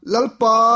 Lalpa